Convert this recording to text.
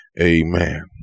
Amen